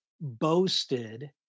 boasted